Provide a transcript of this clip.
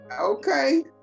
okay